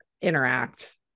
interact